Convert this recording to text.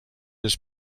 his